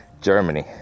Germany